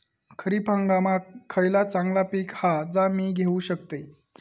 खरीप हंगामाक खयला चांगला पीक हा जा मी घेऊ शकतय?